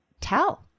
tell